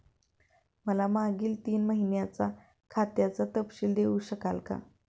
मला मागील तीन महिन्यांचा खात्याचा तपशील देऊ शकाल का?